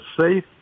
safe